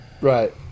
Right